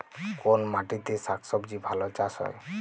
কোন মাটিতে শাকসবজী ভালো চাষ হয়?